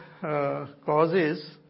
causes